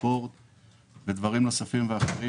ספורט ודברים אחרים,